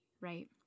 right